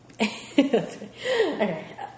Okay